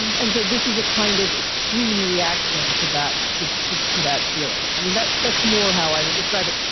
and so this is a kind of extreme reaction to that to to to that feeling. i mean, that's more how i would describe it.